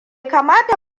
kamata